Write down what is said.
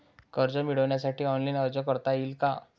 कर्ज मिळविण्यासाठी ऑनलाइन अर्ज करता येईल का?